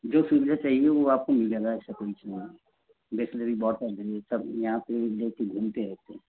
जो सुविधा चाहिए वह आपको मिल जाएगा ऐसा कुछ नहीं है बिसलेरी बाॅटल भी मिलता सब यहाँ पर लेकर घूमते रहते हैं